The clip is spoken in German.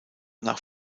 nach